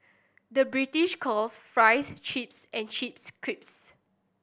the British calls fries chips and chips